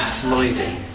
sliding